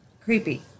Creepy